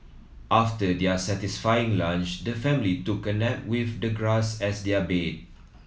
after their satisfying lunch the family took a nap with the grass as their bed